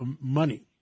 money